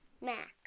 Mac